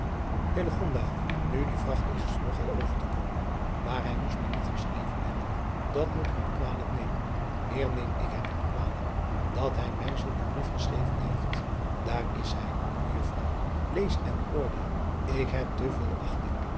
u die vracht is nog al over te komen maar hij moest mij niet geschreven hebben dat moet ik hem kwalijk nemen meer neem ik hem nog kwalijk dat hij mij zulk een brief geschreven heeft aar is hij ejuffrouw ees en oordeel k heb te veel achting